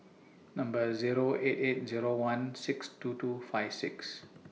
Number Zero eight eight Zero one six two two five six